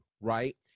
right